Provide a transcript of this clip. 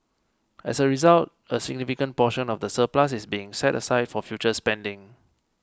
as a result a significant portion of the surplus is being set aside for future spending